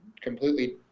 completely